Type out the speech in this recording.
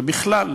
ובכלל,